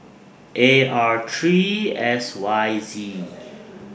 A R three S Y Z